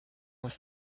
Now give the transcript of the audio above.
with